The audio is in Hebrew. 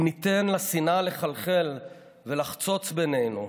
אם ניתן לשנאה לחלחל ולחצוץ בינינו,